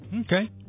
Okay